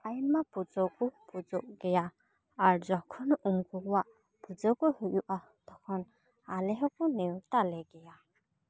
ᱟᱭᱢᱟ ᱯᱩᱡᱟᱹ ᱠᱚ ᱯᱩᱡᱟᱹᱜ ᱜᱮᱭᱟ ᱟᱨ ᱡᱚᱠᱷᱚᱱ ᱩᱱᱠᱩ ᱠᱩᱣᱟᱜ ᱯᱩᱡᱟᱹ ᱠᱚ ᱦᱩᱭᱩᱜ ᱜᱮᱭᱟ ᱛᱚᱠᱷᱚᱱ ᱟᱞᱮ ᱦᱚᱠᱩ ᱱᱮᱣᱛᱟ ᱞᱮ ᱜᱮᱭᱟ